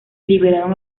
liberaron